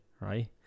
right